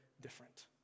different